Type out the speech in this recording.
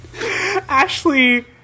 Ashley